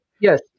Yes